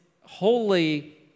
holy